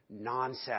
Nonsense